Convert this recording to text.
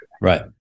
Right